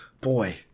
boy